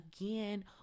again